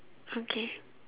okay